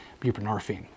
buprenorphine